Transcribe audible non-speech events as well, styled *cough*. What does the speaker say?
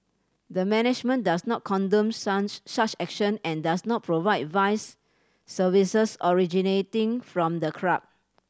the management does not condone *unintelligible* such action and does not provide vice services originating from the club